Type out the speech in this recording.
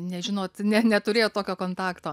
nežinot ne neturėjot tokio kontakto